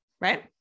right